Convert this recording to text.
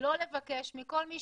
לא לבקש מכל מי